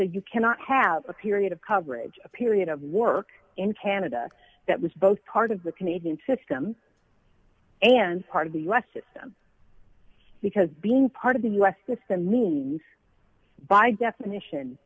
that you cannot have a period of coverage a period of work in canada that was both part of the canadian system and part of the us system because being part of the us if the means by definition